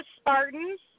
Spartans